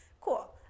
Cool